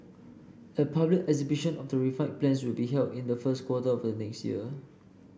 a public exhibition of the refined plans will be held in the first quarter of next year